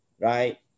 right